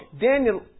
Daniel